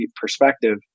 perspective